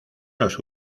los